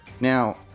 Now